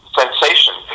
sensation